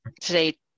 today